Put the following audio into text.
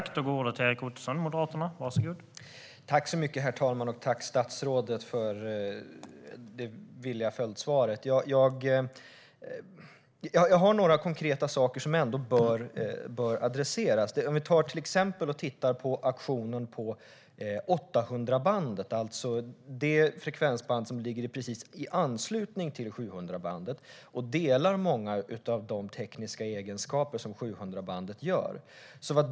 Herr talman! Tack, statsrådet, för det villiga följdsvaret! Det finns några konkreta saker som bör adresseras. Vi kan titta på auktionen som gällde 800-bandet, alltså det frekvensband som ligger i anslutning till 700-bandet och delar många av de tekniska egenskaper som 700bandet har.